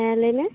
ᱦᱮᱸ ᱞᱟ ᱭᱢᱮ